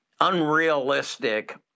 unrealistic